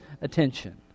attention